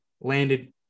landed